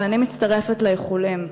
ואני מצטרפת לאיחולים.